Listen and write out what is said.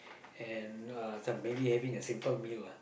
and uh some maybe having a simple meal lah